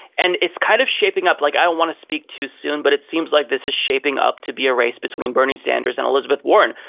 and it's kind of shaping up like, i don't want to speak too soon, but it seems like this is shaping up to be a race between bernie sanders and elizabeth warren,